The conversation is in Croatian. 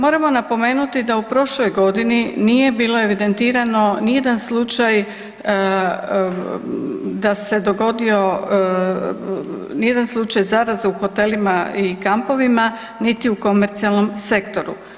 Moramo napomenuti da u prošloj godini nije bilo evidentirano ni jedan slučaj da se dogodio ni jedan slučaj zaraze u hotelima, i kampovima niti u komercijalnom sektoru.